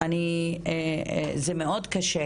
זה מאוד קשה,